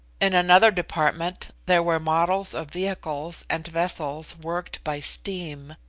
in another department there were models of vehicles and vessels worked by steam,